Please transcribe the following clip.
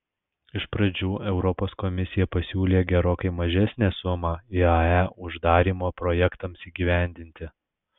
iš pradžių europos komisija pasiūlė gerokai mažesnę sumą iae uždarymo projektams įgyvendinti